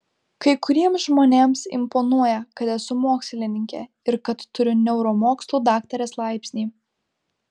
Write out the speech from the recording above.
kai kuriems žmonėms imponuoja kad esu mokslininkė ir kad turiu neuromokslų daktarės laipsnį